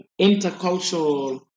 intercultural